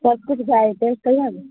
सब किछु भऽ जेतै कहिऔ ने